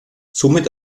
somit